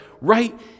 right